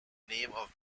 name